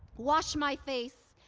wash my face,